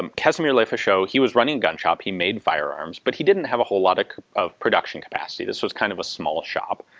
um casimir lefacheaux, he was running the gun shop, he made firearms, but he didn't have a whole lot of of production capacity, this was kind of small shop.